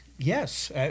Yes